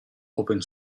open